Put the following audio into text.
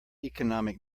economic